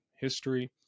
history